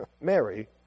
Mary